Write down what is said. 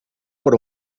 por